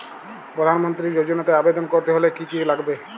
প্রধান মন্ত্রী যোজনাতে আবেদন করতে হলে কি কী লাগবে?